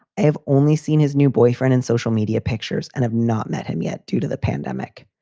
i have only seen his new boyfriend in social media pictures and have not met him yet due to the pandemic.